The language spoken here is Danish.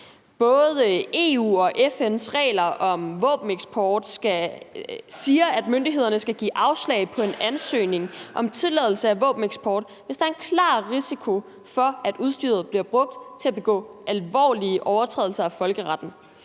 Både EU og FN's regler om våbeneksport siger, at myndighederne skal give afslag på en ansøgning om tilladelse af våbeneksport, hvis der er en klar risiko for, at udstyret bliver brugt til at begå alvorlige overtrædelse af folkeretten.